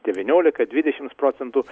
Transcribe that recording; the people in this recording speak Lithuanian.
devyniolika dvidešimts procentų